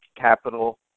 Capital